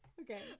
Okay